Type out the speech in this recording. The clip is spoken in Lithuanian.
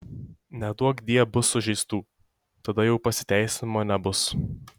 neduokdie bus sužeistų tada jau pasiteisinimo nebus